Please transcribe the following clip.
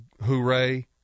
hooray